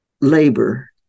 labor